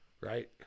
right